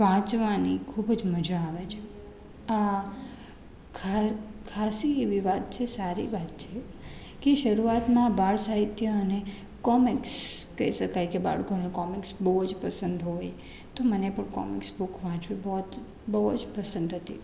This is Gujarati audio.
વાંચવાની ખૂબ જ મજા આવે છે આ ખા ખાસ્સી એવી વાત છે સારી વાત છે કે શરૂઆતમાં બાળ સાહિત્ય અને કોમિક્સ કહી શકાય કે બાળકોને કોમિક્સ બહુ જ પસંદ હોય તો મને પણ કોમિક્સ બુક વાંચવી બહુ બહુ જ પસંદ હતી